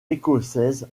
écossaise